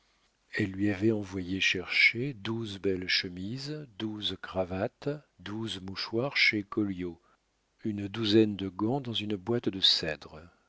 elle lui avait envoyé chercher douze belles chemises douze cravates douze mouchoirs chez colliau une douzaine de gants dans une boîte de cèdre